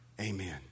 amen